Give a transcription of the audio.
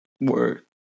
Word